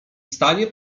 stanie